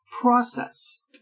Process